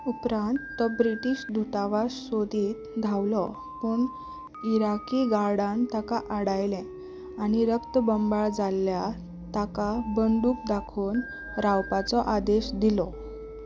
उपरांत तो ब्रिटीश दूतावास सोदीत धांवलो पूण इराकी गार्डान ताका आडायलें आनी रगतबंबाळ जाल्ल्या ताका बंदूक दाखोवन रावपाचो आदेश दिलो